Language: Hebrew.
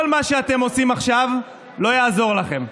כל מה שאתם עושים עכשיו לא יעזור לכם,